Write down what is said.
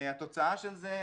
התוצאה של זה,